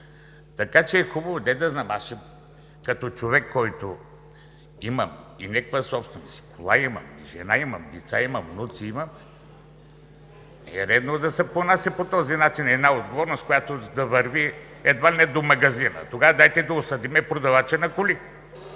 Така че е хубаво като човек, който има и някаква собственост – кола имам, жена имам, деца имам, внуци имам, не е редно да се понася по този начин една отговорност, която да върви едва ли не до магазина. Тогава дайте да осъдим продавача на коли